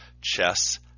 chess